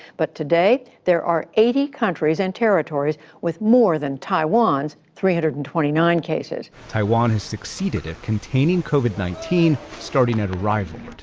but today, there are eighty countries and territories with more than taiwan's three hundred and twenty nine cases. taiwan has succeeded at containing covid nineteen starting at arrival.